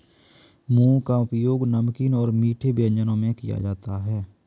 मूंग का उपयोग नमकीन और मीठे व्यंजनों में किया जाता है